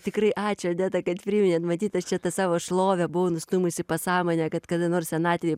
tikrai ačiū odeta kad priminėt matyt aš čia tą savo šlovę buvau nustūmus į pasąmonę kad kada nors senatvėj